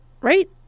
right